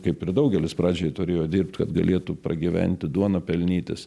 kaip ir daugelis pradžiai turėjo dirbt kad galėtų pragyventi duoną pelnytis